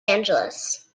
angeles